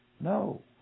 No